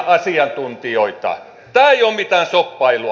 tämä ei ole mitään shoppailua